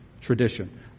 Tradition